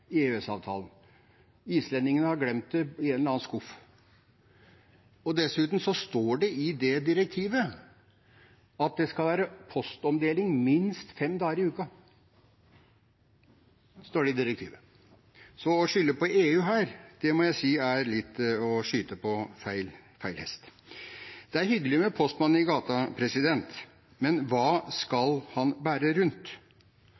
EØS-avtalen. Islendingene har glemt det i en eller annen skuff. Dessuten står det i det direktivet at det skal være postomdeling minst fem dager i uken. Så å skylde på EU her, må jeg si er å skyte på feil hest. Det er hyggelig med postmann i gata, men hva skal han bære rundt?